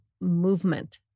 movement